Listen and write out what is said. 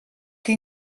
que